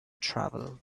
travel